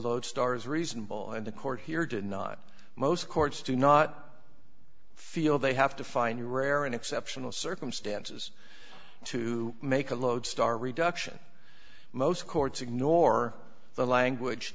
lodestar is reasonable and the court here did not most courts do not feel they have to find the rare and exceptional circumstances to make a lodestar reduction most courts ignore the language